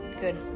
good